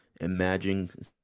imagine